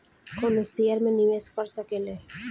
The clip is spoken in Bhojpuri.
कवनो शेयर मे निवेश कर सकेल